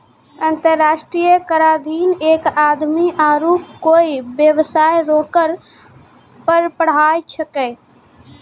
अंतर्राष्ट्रीय कराधीन एक आदमी आरू कोय बेबसाय रो कर पर पढ़ाय छैकै